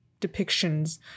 depictions